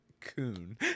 coon